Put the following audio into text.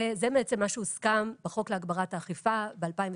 זה בעצם מה שהוסכם בחוק להגברת האכיפה ב-2012.